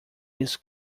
miss